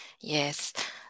Yes